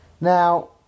Now